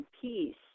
peace